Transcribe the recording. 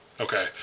Okay